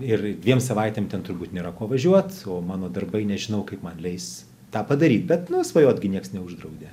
ir dviem savaitėm ten turbūt nėra ko važiuot o mano darbai nežinau kaip man leis tą padaryt bet nu svajot gi nieks neuždraudė